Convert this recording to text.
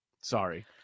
Sorry